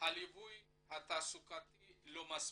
הליווי התעסוקתי לא מספיק,